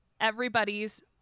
everybody's